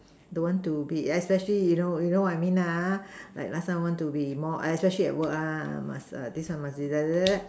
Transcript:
don't want to be especially you know you know what I mean lah ha like last time want to be more especially at work ah must this one must be like that like that like that